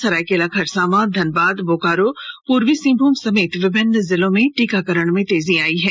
सरायकेला खरसावां धनबाद बोकारो पूर्वी सिंहभूम समेत विभिन्न जिलों टीकाकरण में तेजी आयी है